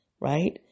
right